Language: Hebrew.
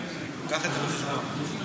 קח את זה בחשבון.